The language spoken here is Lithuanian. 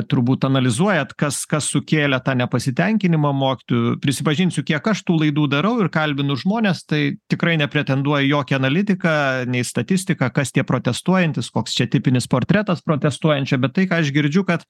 turbūt analizuojat kas kas sukėlė tą nepasitenkinimą mokytojų prisipažinsiu kiek aš tų laidų darau ir kalbinu žmones tai tikrai nepretenduoju į jokią analitiką nei statistiką kas tie protestuojantys koks čia tipinis portretas protestuojančio bet tai ką aš girdžiu kad